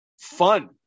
fun